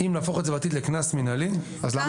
אם נהפוך את זה בעתיד לקנס מינהלי --- למה